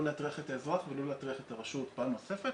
לא להטריח את האזרח ולא להטריח את הרשות פעם נוספת.